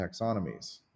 taxonomies